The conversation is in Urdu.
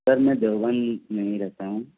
سر میں دیوبند میں ہی رہتا ہوں